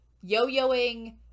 yo-yoing